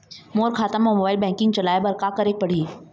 मोर खाता मा mobile banking चलाए बर का करेक पड़ही?